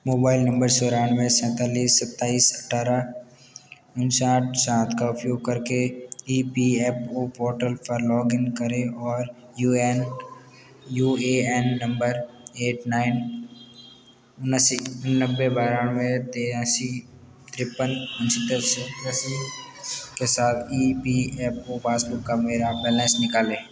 mobile number चौरानवे सैंतालीस सत्ताईस अट्ठारह उनसठ सात का उपयोग करके E P F O portal पर लॉग इन करें और U N U A N number eight nine अस्सी नब्बे बानवे तिरासी तिरेपन पचहत्तर चौरासी के साथ E P F O passbook का मेरा बैलेंस निकालें